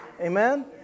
Amen